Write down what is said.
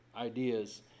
ideas